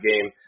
game